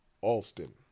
Alston